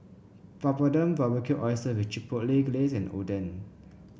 Papadum Barbecue Oyster with Chipotle Glaze and Oden